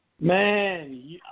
Man